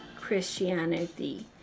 Christianity